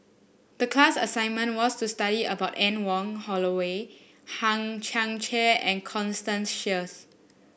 the class assignment was to study about Anne Wong Holloway Hang Chang Chieh and Constance Sheares